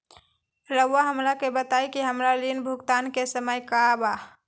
रहुआ हमरा के बताइं कि हमरा ऋण भुगतान के समय का बा?